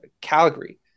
Calgary